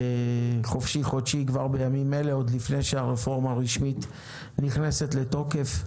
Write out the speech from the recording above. חופשי חודשי כבר בימים אלה עוד לפני שהרפורמה הרשמית נכנסת לתוקף.